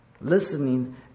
listening